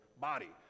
body